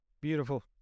Beautiful